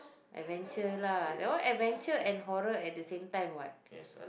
adventure lah that one adventure and the horror at the same time what